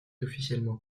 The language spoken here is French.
officiellement